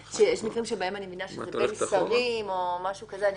זה בין שרים או משהו כזה.